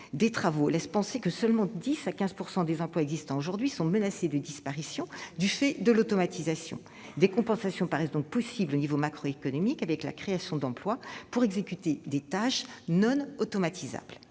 des travaux laissent penser que seulement de 10 % à 15 % des emplois existants aujourd'hui sont menacés de disparition du fait de l'automatisation. Des compensations paraissent donc possibles au niveau macroéconomique, avec la création d'emplois pour exécuter des tâches non automatisables.